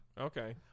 okay